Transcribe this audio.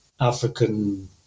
African